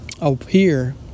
appear